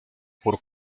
por